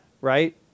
right